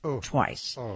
twice